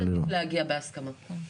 תמיד עדיף להגיע בהסכמה.